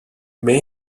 may